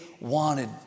Wanted